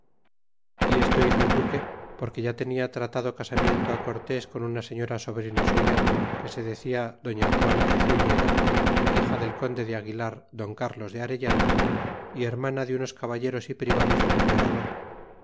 y esto hizo el duque porque ya tenia tratado casamiento á cortés con una señora sobrina suya que se decia doña juana de zúñiga hija del conde de aguilar don cárlos de arellano y hermana de unos caballeros y privados del emperador